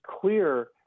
clear